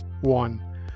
one